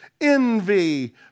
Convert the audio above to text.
envy